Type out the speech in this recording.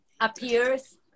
appears